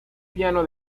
piano